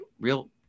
real